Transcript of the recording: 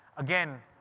again,